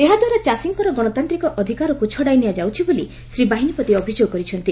ଏହା ଦ୍ୱାରା ଚାଷୀଙ୍କର ଗଶତାନ୍ତିକ ଅଧିକାରକୁ ଛଡ଼ାଇ ନିଆଯାଉଛି ବୋଲି ଶ୍ରୀ ବାହିନୀପତି ଅଭିଯୋଗ କରିଛନ୍ତି